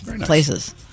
places